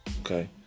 Okay